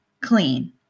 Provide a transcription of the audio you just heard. Clean